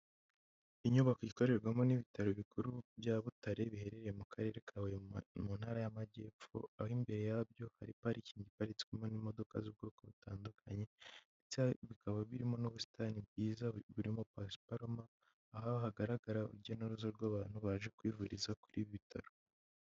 Inyubako ikorerwamo n'ibitaro bikuru bya Butare, biherereye mu karere Huye, mu ntara y'Amajyepfo, aho imbere yabyo hari parikingi iparitswemo n'imodoka z'ubwoko butandukanye, ndetse bikaba birimo n'ubusitani bwiza burimo pasiparuma, aho hagaragara urujya n'uruza rw'abantu, baje kwivuriza kuri ibi bitaro.